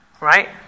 right